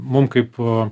mums kaip a